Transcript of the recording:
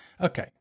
Okay